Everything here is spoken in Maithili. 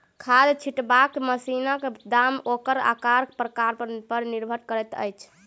खाद छिटबाक मशीनक दाम ओकर आकार प्रकार पर निर्भर करैत अछि